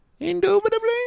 Indubitably